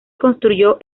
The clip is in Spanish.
construyó